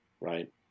right